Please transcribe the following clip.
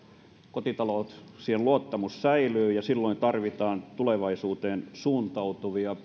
kotitalouksien luottamus säilyy ja silloin tarvitaan sellaisia tulevaisuuteen suuntautuvia